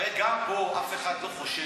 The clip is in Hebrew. הרי גם פה אף אחד לא חושב,